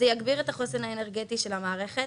זה יגביר את החוסן האנרגטי של המערכת,